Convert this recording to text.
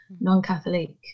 non-Catholic